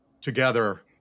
together